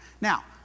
Now